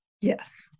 Yes